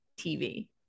TV